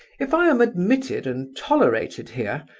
if i am admitted and tolerated here,